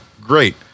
Great